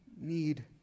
need